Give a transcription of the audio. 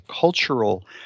cultural